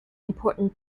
important